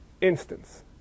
instance